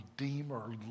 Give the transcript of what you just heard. Redeemer